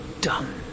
done